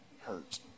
hurt